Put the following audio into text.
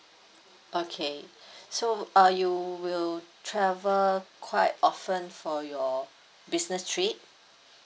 okay so uh you will travel quite often for your business trip